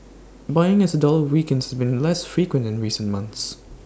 buying as the dollar weakens has been less frequent in recent months